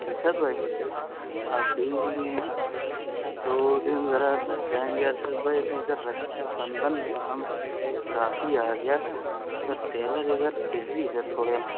ارشد بھائی ابھی دو دن ذرا لگ جائیں گے ارشد بھائی ابھی ادھر رکشا بندھن کا کام کافی آ گیا ہے اور ٹیلر ادھر بزی ہیں تھوڑے